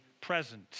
present